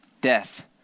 death